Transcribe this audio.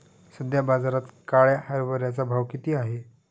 सध्या बाजारात काळ्या हरभऱ्याचा भाव किती आहे?